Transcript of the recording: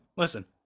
Listen